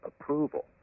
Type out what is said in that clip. approval